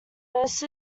most